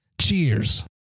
cheers